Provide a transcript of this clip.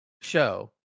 show